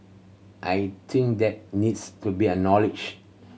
I think that needs to be acknowledged